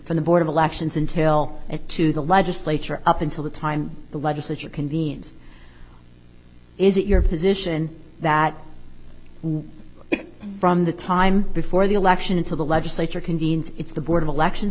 from the board of elections until it to the legislature up until the time the legislature convenes is it your position that from the time before the election to the legislature convenes it's the board of elections